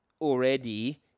already